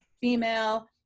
female